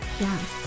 yes